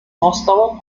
moskauer